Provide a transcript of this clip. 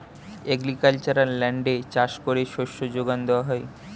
agricultural ল্যান্ডে চাষ করে শস্য যোগান দেওয়া হয়